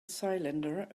cylinder